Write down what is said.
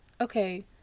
Okay